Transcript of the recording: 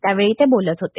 त्यावेळी ते बोलत होते